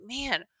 man